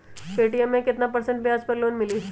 Paytm मे केतना percent ब्याज पर लोन मिली?